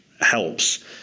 helps